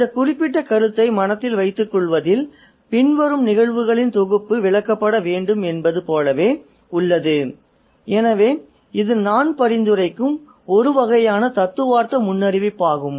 இந்த குறிப்பிட்ட கருத்தை மனதில் வைத்துக் கொள்வதில் பின்வரும் நிகழ்வுகளின் தொகுப்பு விளக்கப்பட வேண்டும் என்பது போலவே உள்ளது எனவே இது நான் பரிந்துரைக்கும் ஒரு வகையான தத்துவார்த்த முன்னறிவிப்பாகும்